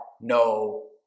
no